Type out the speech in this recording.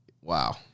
wow